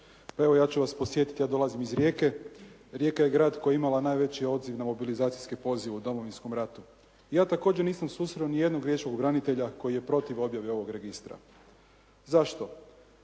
Pa evo ja ću vas podsjetiti, ja dolazim iz Rijeke. Rijeka je grad koja je imala odziv na mobilizacijski poziv u Domovinskom ratu. Ja također nisam susreo ni jednog riječkog branitelja koji je protiv objave ovog registra. Zašto?